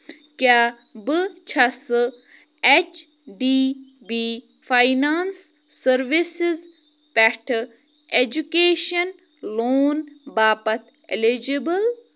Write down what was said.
کیٛاہ بہٕ چھَسہٕ H D B finance services پٮ۪ٹھٕ اٮ۪جُکیشَن لون باپتھ اٮ۪لیجٕبٕل